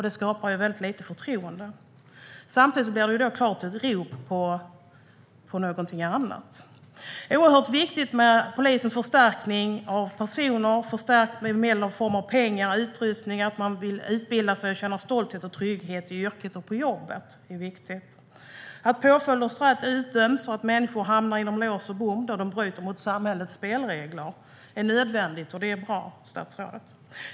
Det skapar inte förtroende. Samtidigt är det klart att det är ett rop efter någonting annat. Det är oerhört viktigt att polisen tillförs förstärkningar i form av personer och därtill förstärks med medel i form av pengar och utrustning. Man ska vilja utbilda sig och känna stolthet och trygghet i yrket och på jobbet. Att påföljder och straff utdöms och att människor hamnar inom lås och bom då de bryter mot samhällets spelregler är nödvändigt. Det är bra, statsrådet.